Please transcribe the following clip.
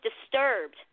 disturbed